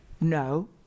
no